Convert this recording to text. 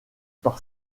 par